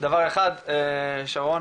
דבר אחד, שרון.